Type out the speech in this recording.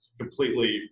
completely